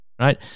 right